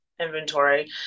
inventory